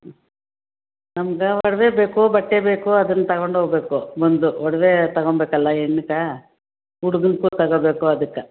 ನಮ್ಗೆ ಒಡವೆ ಬೇಕು ಬಟ್ಟೆ ಬೇಕು ಅದನ್ನು ತೊಗೊಂಡೋಗ್ಬೇಕು ಬಂದು ಒಡವೆ ತೊಗೊಂಬೇಕಲ್ಲ ಹೆಣ್ಣಕ ಹುಡಗನ್ಕು ತೊಗೋಬೇಕು ಅದಕ್ಕೆ